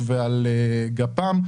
מזוט וגפ"מ.